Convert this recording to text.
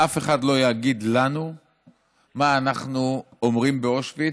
אף אחד לא יגיד לנו מה אנחנו אומרים באושוויץ,